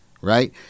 right